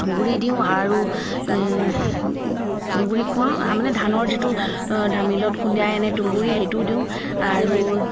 তুঁহগুৰি দিওঁ আৰু তুঁহগুৰি খোৱাও মানে ধানৰ যিটো ধান মিলত খুন্দিয়াই আনে তুঁহগুৰি সেইটো দিওঁ আৰু